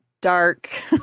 dark